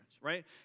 right